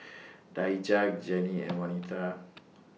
Daija Gennie and Wanita